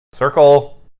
Circle